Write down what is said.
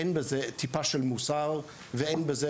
אין בזה טיפה של מוסר ואין בזה,